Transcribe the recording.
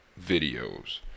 videos